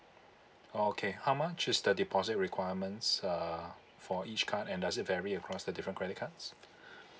oh okay how much is the deposit requirements uh for each card and does it vary across the different credit cards